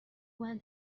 when